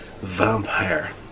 vampire